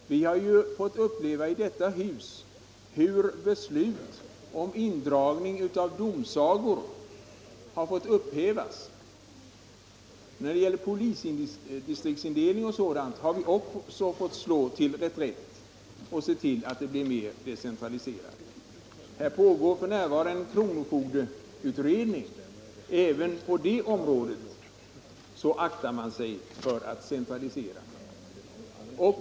Vi har här i riksdagen upplevt hur beslut om indragning av domsagor har fått upphävas. Också när det gäller t.ex. polisdistriktindelning har man fått slå till reträtt och tillgodose kraven på större decentralisering. Det pågår f. n. en kronofogdeutredning, och även på det området aktar man sig för att centralisera.